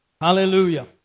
Hallelujah